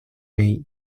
may